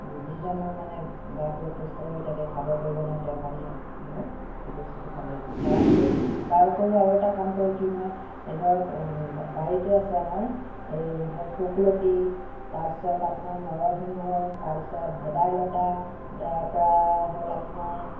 যিজনৰ মানে গাটো অসুস্থ হৈ থাকে খাব কৰিব নোৱাৰে তেওঁৰ কাৰণে ধৰক সেই বস্তুটো খাবলৈ দিওঁ তাৰ পিছত তাৰ উপৰিও আৰু এটা কাম কৰোঁ কি মই এই ধৰক বাৰীতে আছে আমাৰ এই ধৰক শুকলতি তাৰপিছত আপোনাৰ নৰসিংহ তাৰপিছত ভেদাইলতা তাৰ পৰা হ'ল আপোনাৰ